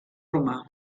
romà